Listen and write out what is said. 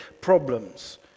problems